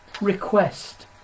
request